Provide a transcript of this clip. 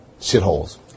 shitholes